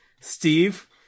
Steve